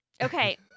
Okay